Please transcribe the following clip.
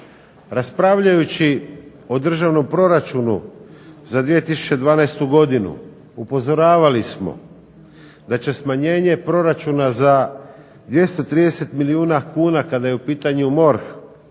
Raspravljajući o državnom proračunu za 2012. godinu upozoravali smo da će smanjenje proračuna za 230 milijuna kuna kada je u pitanju MORH